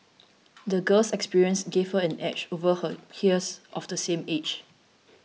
the girl's experiences gave her an edge over her peers of the same age